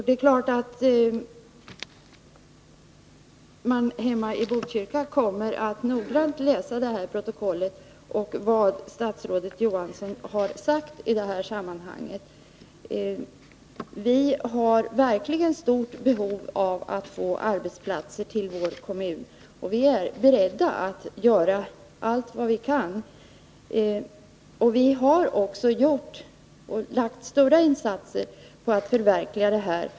Det är klart att man hemma i Botkyrka noggrant kommer att läsa protokollet från den här debatten för att se vad statsrådet Johansson sagt i detta sammanhang. Vi har ett verkligt stort behov av att få arbetsplatser till vår kommun, och vi är beredda att göra allt vi kan. Vi har också gjort stora insatser för att förverkliga detta.